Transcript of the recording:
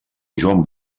joan